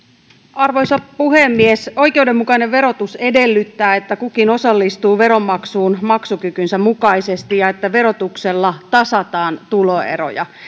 arvoisa puhemies oikeudenmukainen verotus edellyttää että kukin osallistuu veronmaksuun maksukykynsä mukaisesti ja että verotuksella tasataan tuloeroja